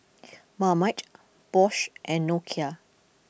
Marmite Bosch and Nokia